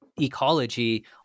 ecology